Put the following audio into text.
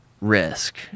Risk